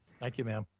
thank you. ma'am.